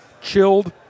Chilled